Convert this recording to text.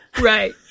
right